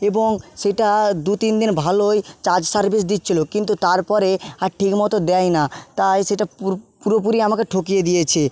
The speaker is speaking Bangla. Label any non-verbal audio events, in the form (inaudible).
এবং সেটা দু তিন দিন ভালোই চার্জ সার্ভিস দিচ্ছিলো কিন্তু তারপরে আর ঠিক মতো দেয় না তাই সেটা (unintelligible) পুরোপুরি আমাকে ঠকিয়ে দিয়েছে